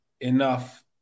enough